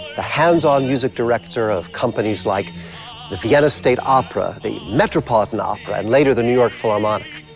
the hands-on music director of companies like the vienna state opera, the metropolitan opera, and later the new york philharmonic.